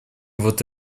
вот